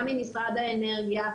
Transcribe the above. גם ממשרד האנרגיה,